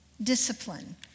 discipline